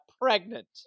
pregnant